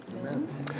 Amen